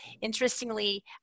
Interestingly